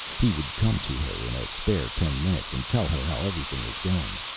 he would come to her in a spare ten minutes, and tell her how everything was going.